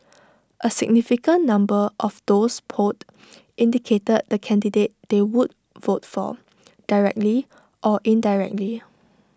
A significant number of those polled indicated the candidate they would vote for directly or indirectly